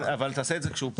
נכון, אבל תעשה את זה כשהוא פה.